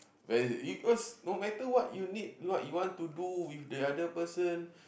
because no matter what you need what you want to do with the other person